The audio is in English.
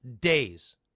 days